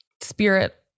spirit